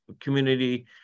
community